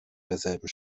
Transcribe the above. derselben